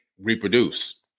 reproduce